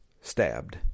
stabbed